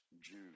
Jude